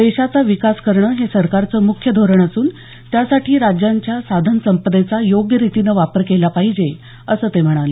देशाचा विकास करणे हे सरकारचं मुख्य धोरण असून त्यासाठी राज्यांच्या साधन संपदेचा योग्य रितीनं वापर केला पाहिजे असं ते म्हणाले